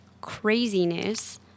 craziness